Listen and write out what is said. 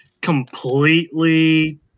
completely